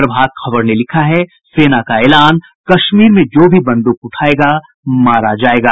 प्रभात खबर ने लिखा है सेना का ऐलान कश्मीर में जो भी बंदूक उठायेगा मारा जायेगा